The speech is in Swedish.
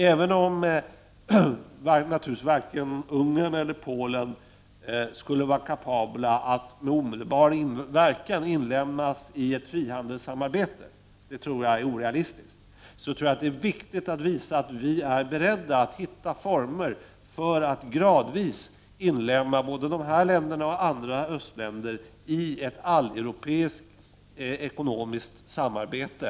Även om naturligtvis varken Ungern eller Polen skulle vara kapabla att med omedelbar verkan inlemmas i ett frihandelssamarbete, det tror jag är orealistiskt, är det viktigt att visa att vi är beredda att hitta former för att gradvis inlemma båda de här länderna och andra östländer i ett alleuropeiskt ekonomiskt samarbete.